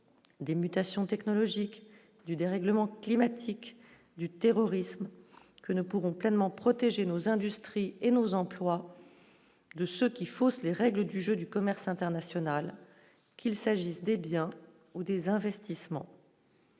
des mutations technologiques du dérèglement climatique, du terrorisme, nous ne pourront pleinement protéger nos industries et nos employes de ce qui fausse les règles du jeu du commerce international, qu'il s'agisse des biens ou des investissements.